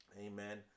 Amen